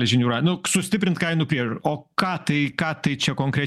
žinių ra nu sustiprin kainų priežiūrą o ką tai ką tai čia konkre